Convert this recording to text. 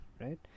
right